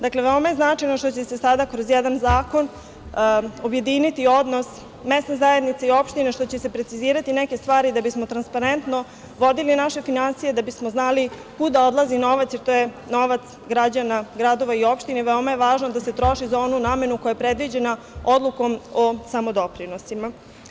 Dakle, veoma je značajno što će se sada kroz jedan zakon objediniti odnos mesne zajednice i opštine, što će se precizirati neke stvari da bismo transparentno vodili naše finansije, da bismo znali kuda odlazi novac, jer to je novac građana gradova i opština i veoma je važno da se troši za onu namenu koja je predviđena odlukom o samodoprinosima.